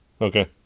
Okay